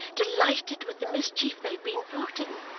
delighted with the mischief they've been plotting?